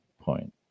point